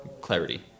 clarity